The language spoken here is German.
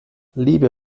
liebe